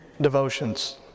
Devotions